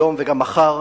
היום וגם מחר,